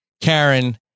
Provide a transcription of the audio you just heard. Karen